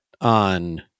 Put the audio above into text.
on